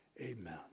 amen